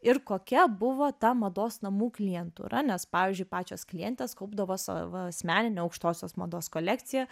ir kokia buvo ta mados namų klientūra nes pavyzdžiui pačios klientės kaupdavo savo asmeninę aukštosios mados kolekciją